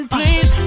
please